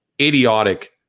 idiotic